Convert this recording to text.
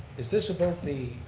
is this about the,